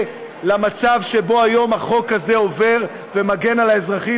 למצב שבו היום החוק הזה עובר ומגן על האזרחים.